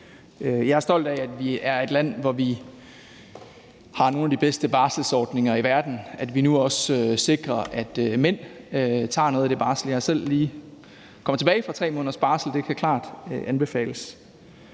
Jeg er stolt af, at vi er et land, hvor vi har nogle af de bedste barselsordninger i verden; at vi nu også sikrer, at mænd tager noget af den barsel. Jeg er selv lige kommet tilbage fra 3 måneders barsel, og det kan klart anbefales.